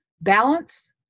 balance